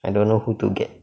I don't know who to get